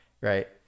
right